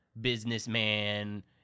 businessman